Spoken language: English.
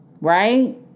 Right